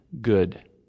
good